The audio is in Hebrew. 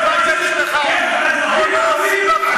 טבח באזרחים ערבים,